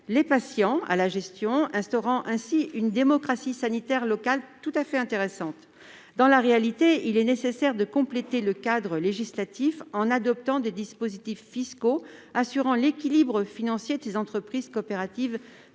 les patients à la gestion, instaurant ainsi une démocratie sanitaire locale tout à fait intéressante. Dans la réalité, il est nécessaire de compléter le cadre législatif en adoptant des dispositifs fiscaux assurant l'équilibre financier de ces entreprises coopératives non